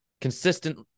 consistent